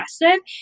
aggressive